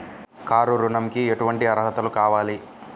Car ఋణంకి ఎటువంటి అర్హతలు కావాలి?